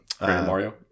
Mario